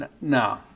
no